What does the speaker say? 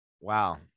Wow